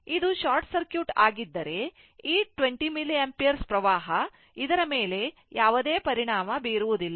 ಇದು short circuit ಆಗಿದ್ದರೆ ಈ 20 milliampere ವಿದ್ಯುತ್ ಹರಿವು ಇದರ ಮೇಲೆ ಯಾವುದೇ ಪರಿಣಾಮ ಬೀರುವುದಿಲ್ಲ